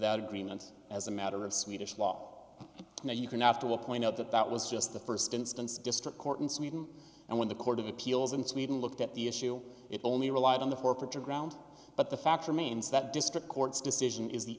that agreement as a matter of swedish law now you can after all point out that that was just the st instance district court in sweden and when the court of appeals in sweden looked at the issue it only relied on the corporate to ground but the fact remains that district court's decision is the